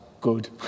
good